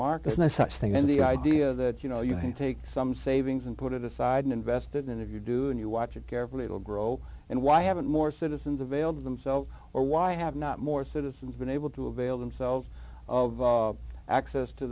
markets no such thing and the idea that you know you have to take some savings and put it aside and invested in if you do and you watch it carefully it will grow and why haven't more citizens availed themselves or why have not more citizens been able to avail themselves of access to